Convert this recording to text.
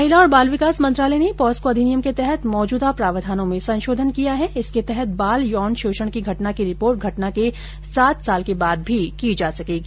महिला और बाल विकास मंत्रालय ने पॉस्को अधिनियम के तहत मौजूदा प्रावधानों में संशोधन किया है इसके तहत बाल यौन शोषण की घटना की रिपोर्ट घटना के सात साल के बाद भी की जा सकेगी